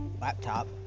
laptop